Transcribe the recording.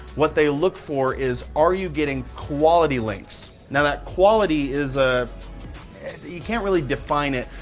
what they look for is are you getting quality links? now, that quality is, ah you can't really define it.